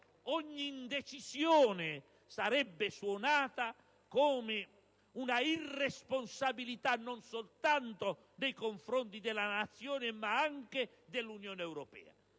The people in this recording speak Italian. ogni indecisione sarebbe suonata come irresponsabile, non soltanto nei confronti della Nazione, ma anche dell'Unione europea.